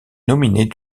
nominés